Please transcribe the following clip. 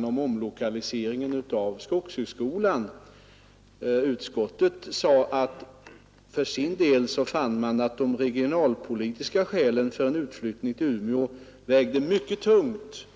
omlokalisering av skogshögskolan. Utskottet sade att det fann ”för sin del de regionalpolitiska skälen för en utflyttning till Umeå väga mycket tungt”.